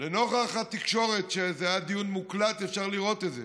לנוכח התקשורת, זה דיון מוקלט ואפשר לראות את זה,